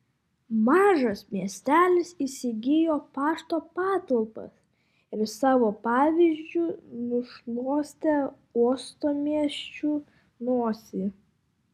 mažas miestelis įsigijo pašto patalpas ir savo pavyzdžiu nušluostė uostamiesčiui nosį